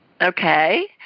Okay